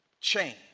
change